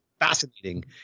fascinating